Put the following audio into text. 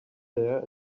there